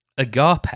Agape